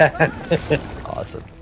Awesome